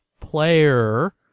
player